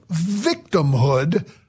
victimhood